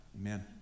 Amen